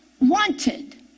wanted